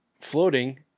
floating